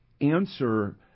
answer